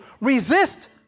resist